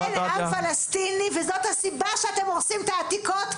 אין עם פלסטיני וזאת הסיבה שאתם הורסים את העתיקות,